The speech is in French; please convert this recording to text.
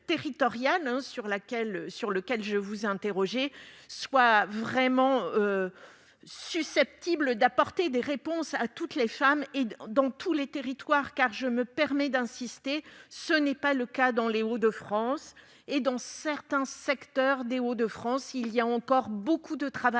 territorial, sur lequel je vous interrogeais, soit vraiment susceptible d'apporter des réponses à toutes les femmes et dans tous les territoires, car je me permets d'insister : ce n'est pas le cas dans les Hauts-de-France. Dans certaines zones de mon département, il y a encore beaucoup de travail